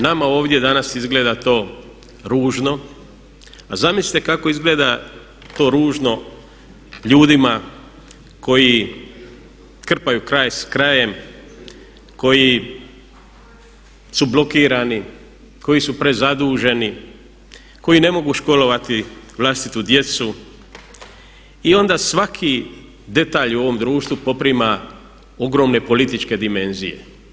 Nama ovdje danas izgleda to ružno a zamislite kako izgleda to ružno ljudima koji krpaju kraj s krajem, koji su blokirani, koji su prezaduženi, koji ne mogu školovati vlastitu djecu i onda svaki detalj u ovom društvu poprima ogromne političke dimenzije.